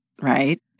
Right